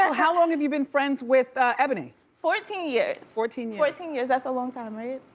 how long have you been friends with ebony? fourteen years. fourteen years. fourteen years, that's a long time, right?